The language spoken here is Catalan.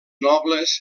nobles